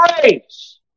grace